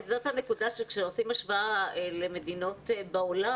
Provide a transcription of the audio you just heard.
זאת הנקודה שכשעושים השוואה למדינות בעולם,